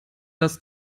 das